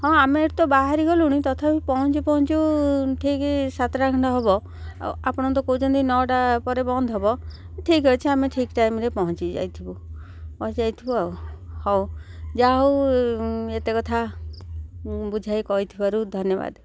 ହଁ ଆମେ ଏଠି ତ ବାହାରି ଗଲୁଣି ତଥାପି ପହଁଞ୍ଚୁ ପହଁଞ୍ଚୁ ଠିକ୍ ସାତଟା ଘଣ୍ଟା ହେବ ଆଉ ଆପଣ ତ କହୁଛନ୍ତି ନଅଟା ପରେ ବନ୍ଦ୍ ହେବ ଠିକ୍ ଅଛି ଆମେ ଠିକ୍ ଟାଇମ୍ରେ ପହଁଞ୍ଚିଯାଇଥିବୁ ପହଁଞ୍ଚିଯାଇଥିବୁ ଆଉ ହଉ ଯାହା ହଉ ଏତେ କଥା ବୁଝାଇ କହିଥିବାରୁ ଧନ୍ୟବାଦ